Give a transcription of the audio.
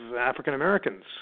African-Americans